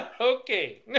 Okay